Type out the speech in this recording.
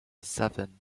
seven